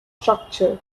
structure